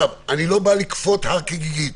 אני לא בא לכפות הר כגיגית,